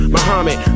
Muhammad